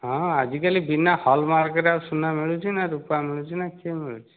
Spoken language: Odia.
ହଁ ହଁ ଆଜି କାଲି ବିନା ହଲମାର୍କ ରେ ସୁନା ମିଳୁଛି ନା ରୂପା ମିଳୁଛି ନା କିଏ ମିଳୁଛି